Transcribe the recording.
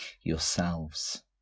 yourselves